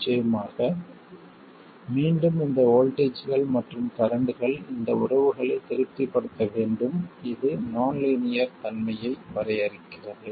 நிச்சயமாக மீண்டும் இந்த வோல்ட்டேஜ்கள் மற்றும் கரண்ட்கள் இந்த உறவுகளை திருப்திப்படுத்த வேண்டும் இது நான் லீனியர் தன்மையை வரையறுக்கிறது